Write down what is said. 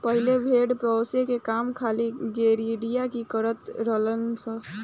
पहिले भेड़ पोसे के काम खाली गरेड़िया ही करत रलन सन